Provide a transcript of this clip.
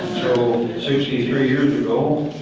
so sixty three years ago